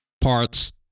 parts